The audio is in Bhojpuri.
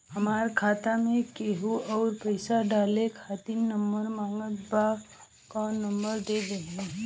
हमार खाता मे केहु आउर पैसा डाले खातिर नंबर मांगत् बा कौन नंबर दे दिही?